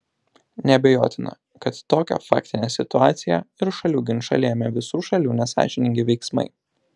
neabejotina kad tokią faktinę situaciją ir šalių ginčą lėmė visų šalių nesąžiningi veiksmai